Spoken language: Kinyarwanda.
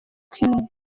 kimwe